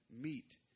meet